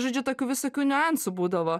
žodžiu tokių visokių niuansų būdavo